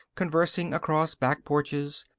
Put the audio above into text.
conversing across back porches,